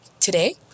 today